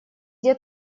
где